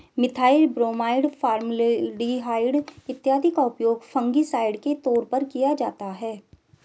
methyl bromide, formaldehyde इत्यादि का उपयोग फंगिसाइड के तौर पर किया जाता है